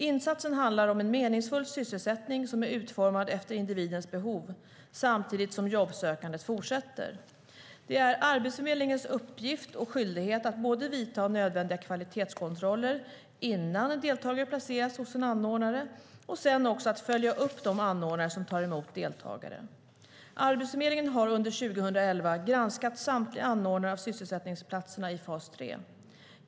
Insatsen handlar om en meningsfull sysselsättning som är utformad efter individens behov, samtidigt som jobbsökandet fortsätter. Det är Arbetsförmedlingens uppgift och skyldighet både att vidta nödvändiga kvalitetskontroller innan en deltagare placeras hos en anordnare och att följa upp de anordnare som tar emot deltagare. Arbetsförmedlingen har under 2011 granskat samtliga anordnare av sysselsättningsplatser i fas 3.